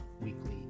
Weekly